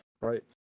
Right